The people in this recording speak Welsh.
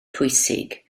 pwysig